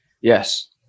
Yes